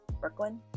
Brooklyn